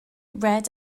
red